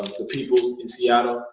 the people in seattle,